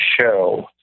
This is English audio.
show